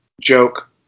joke